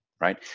right